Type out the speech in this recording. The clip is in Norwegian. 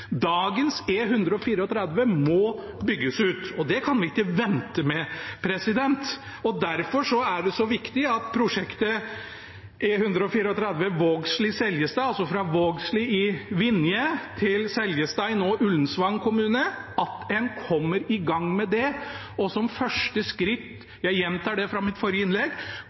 må bygges ut. Det kan vi ikke vente med. Derfor er det så viktig at en kommer i gang med prosjektet E134 Vågsli–Seljestad, altså fra Vågsli i Vinje til Seljestad i nå Ullensvang kommune, og som første skritt – jeg gjentar det fra mitt forrige innlegg